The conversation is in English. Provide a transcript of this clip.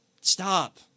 stop